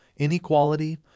inequality